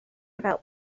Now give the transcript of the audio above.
about